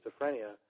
schizophrenia